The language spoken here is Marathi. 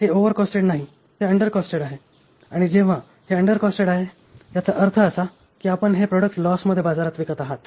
हे ओव्हर कॉस्टेड नाही ते अंडर कॉस्टेड आहे आणि जेव्हा हे अंडर कॉस्टेड आहे याचा अर्थ असा आहे की आपण हे प्रॉडक्ट लॉस मध्ये बाजारात विकत आहात